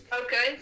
Okay